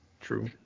true